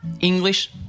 English